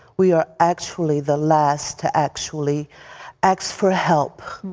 we are actually the last to actually ask for help.